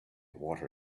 water